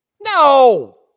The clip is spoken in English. No